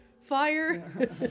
fire